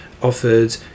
offered